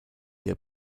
der